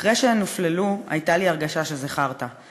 אחרי שהן הופללו הייתה לי הרגשה שזה חארטה,